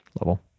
level